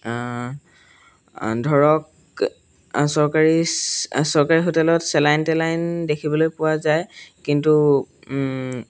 ধৰক চৰকাৰী চৰকাৰী হোটেলত চেলাইন টেলাইন দেখিবলৈ পোৱা যায় কিন্তু